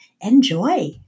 Enjoy